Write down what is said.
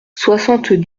soixante